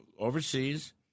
Overseas